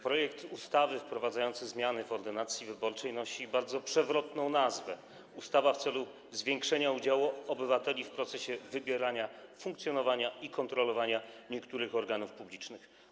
Projekt ustawy wprowadzający zmiany w ordynacji wyborczej nosi bardzo przewrotną nazwę: ustawa w celu zwiększenia udziału obywateli w procesie wybierania, funkcjonowania i kontrolowania niektórych organów publicznych.